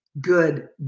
good